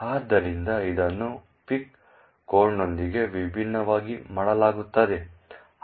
ಆದ್ದರಿಂದ ಇದನ್ನು ಪಿಕ್ ಕೋಡ್ನೊಂದಿಗೆ ವಿಭಿನ್ನವಾಗಿ ಮಾಡಲಾಗುತ್ತದೆ